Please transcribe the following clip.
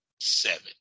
seven